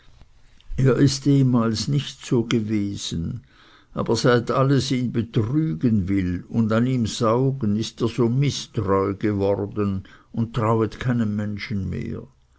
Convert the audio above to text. er ist ehemals nicht so gewesen aber seit alles ihn betrügen will und an ihm saugen ist er so mißtreu geworden und trauet keinem menschen mehr